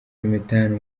methane